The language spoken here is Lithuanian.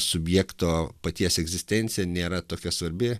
subjekto paties egzistencija nėra tokia svarbi